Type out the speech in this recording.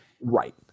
Right